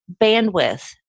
bandwidth